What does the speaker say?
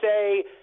say